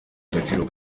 agaciro